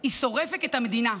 היא שורפת את המדינה,